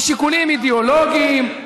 משיקולים אידיאולוגיים,